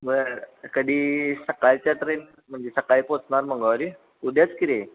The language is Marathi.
बरं कधी सकाळच्या ट्रेन म्हणजे सकाळी पोहोचणार मंगळवारी उद्याच की रे